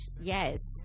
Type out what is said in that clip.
yes